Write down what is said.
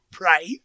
Right